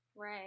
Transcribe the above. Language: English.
Right